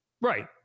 Right